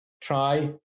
try